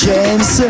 James